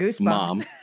mom